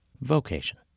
vocation